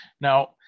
Now